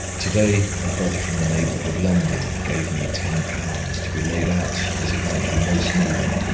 to-day a brother from the neighbourhood of london gave me ten pounds, to be laid out as it might be most needed.